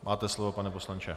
Máte slovo, pane poslanče.